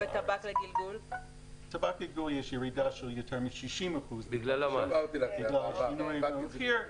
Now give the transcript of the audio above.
בטבק לגלגול יש ירידה של יותר מ-60% בגלל השינוי במחיר.